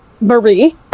Marie